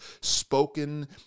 spoken